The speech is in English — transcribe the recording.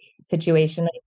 situation